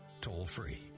toll-free